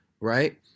right